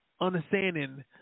understanding